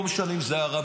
לא משנה אם זה ערבי,